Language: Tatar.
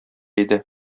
иде